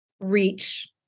reach